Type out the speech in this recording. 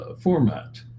format